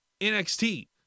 NXT